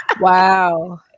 Wow